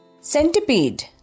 Centipede